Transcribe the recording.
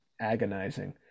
agonizing